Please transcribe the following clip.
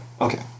Okay